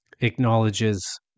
acknowledges